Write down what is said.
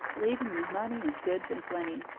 leaving me money and goods in plenty,